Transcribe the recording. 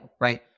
right